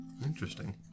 Interesting